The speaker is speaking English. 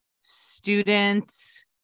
students